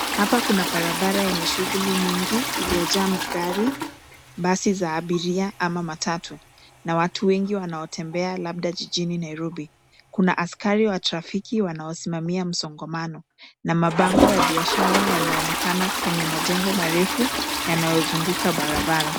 Hapa kuna barabara yenye shughuli nyingi iliyojaa magari, basi za abiria ama matatu na watu wengi wanaotembea labda jijini Nairobi. Kuna askari wa trafiki wanaosimamia msongamano na mabango ya biashara yanaonekana kwenye majengo marefu yanayozunguka barabara.